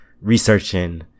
researching